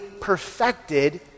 perfected